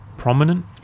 Prominent